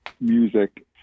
music